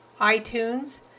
iTunes